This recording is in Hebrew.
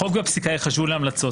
החוק והפסיקה ייחשבו להמלצות,